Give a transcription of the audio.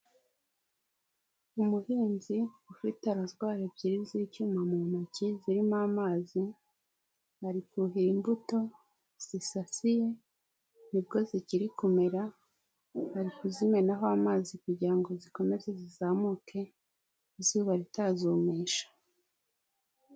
Umuhinzi ufite rozwari ebyiri z'icyuma mu ntoki zirimo amazi. Ari kuhira imbuto zisasiye nibwo zikiri kumera, ari kuzimenaho amazi kugira ngo zikomeze zizamuke, izuba ritazumisha.